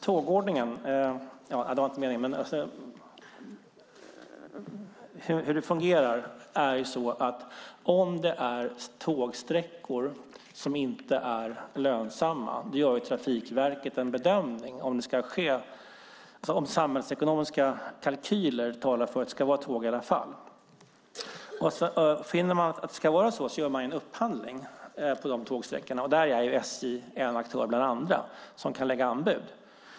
Tågordningen - hur det fungerar - är sådan att om tågsträckor inte är lönsamma gör Trafikverket en bedömning om samhällsekonomiska kalkyler talar för att det ska vara tåg i alla fall. Om Trafikverket finner att det ska vara så görs en upphandling på tågsträckorna. Där är SJ en aktör bland andra som kan lägga anbud.